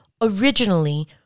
originally